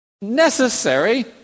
necessary